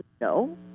no